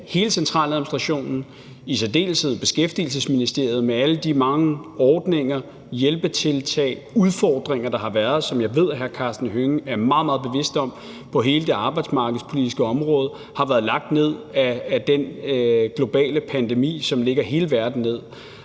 hele centraladministrationen, i særdeleshed Beskæftigelsesministeriet, med alle de mange ordninger, hjælpetiltag og udfordringer, der har været, og som jeg ved hr. Karsten Hønge er meget, meget bevidst om, på hele det arbejdsmarkedspolitiske område, har været lagt ned af den globale pandemi, som lægger hele verden ned.